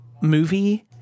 movie